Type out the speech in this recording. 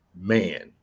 man